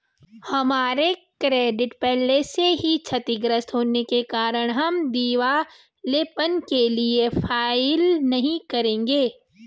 हमारा क्रेडिट पहले से ही क्षतिगृत होने के कारण हम दिवालियेपन के लिए फाइल नहीं करेंगे